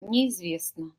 неизвестно